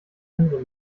andere